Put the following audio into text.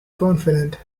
confident